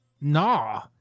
Nah